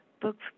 books